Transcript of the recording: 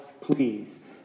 pleased